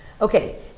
Okay